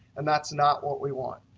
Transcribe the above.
and that's not what we want.